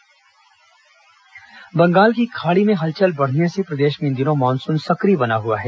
मौसम बारिश बंगाल की खाड़ी में हलचल बढ़ने से प्रदेश में इन दिनों मानसून सक्रिय बना हआ है